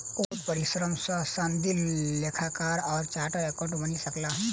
ओ बहुत परिश्रम सॅ सनदी लेखाकार वा चार्टर्ड अकाउंटेंट बनि सकला